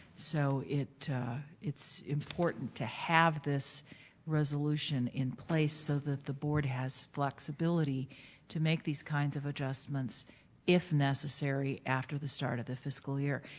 so it's important to have this resolution in place so that the board has flexibility to make these kinds of adjustments if necessary after the start of the fiscal year.